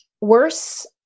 worse